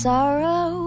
Sorrow